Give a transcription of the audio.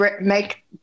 make